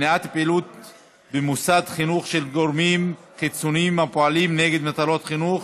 (מניעת פעילות במוסד חינוך של גורמים חיצוניים הפועלים נגד מטרות החינוך